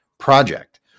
project